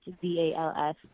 V-A-L-S